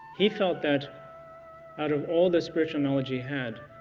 he felt that out of all the spiritual knowledge he had,